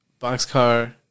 Boxcar